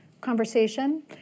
conversation